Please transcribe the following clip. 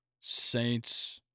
Saints-